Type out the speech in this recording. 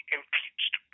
impeached